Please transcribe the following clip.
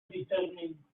returning